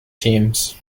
teams